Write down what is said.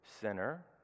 sinner